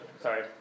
sorry